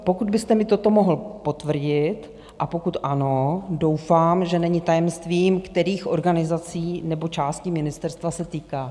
Pokud byste mi toto mohl potvrdit a pokud ano, doufám, že není tajemstvím, kterých organizací nebo částí ministerstva se týká.